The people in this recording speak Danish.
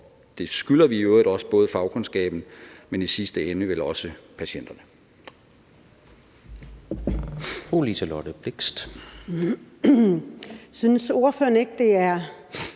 det skylder vi jo i øvrigt også både fagkundskaben, men i sidste ende vel også patienterne.